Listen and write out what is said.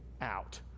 out